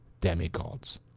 demigods